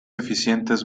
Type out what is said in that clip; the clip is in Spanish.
eficientes